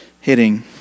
hitting